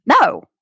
No